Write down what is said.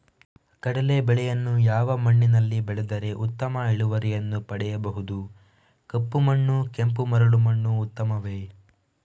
ಕಡಲೇ ಬೆಳೆಯನ್ನು ಯಾವ ಮಣ್ಣಿನಲ್ಲಿ ಬೆಳೆದರೆ ಉತ್ತಮ ಇಳುವರಿಯನ್ನು ಪಡೆಯಬಹುದು? ಕಪ್ಪು ಮಣ್ಣು ಕೆಂಪು ಮರಳು ಮಣ್ಣು ಉತ್ತಮವೇ?